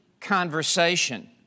conversation